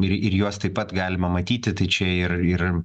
ir ir juos taip pat galima matyti tai čia ir ir